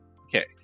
Okay